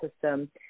system